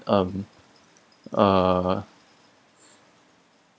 um uh